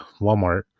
Walmart